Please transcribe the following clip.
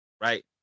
Right